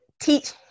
teach